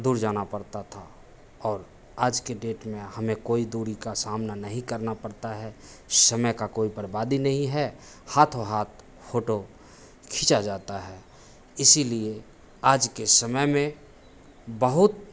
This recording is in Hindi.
दूर जाना पड़ता था और आज ए डेट में हमें कोई दूरी का सामना नहीं करना पड़ता है समय की कोई बर्बादी नहीं है हाथों हाथ फ़ोटो खींचा जाता है इसी लिए आज के समय में बहुत